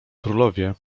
królowie